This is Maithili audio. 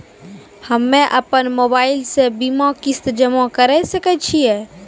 हम्मे अपन मोबाइल से बीमा किस्त जमा करें सकय छियै?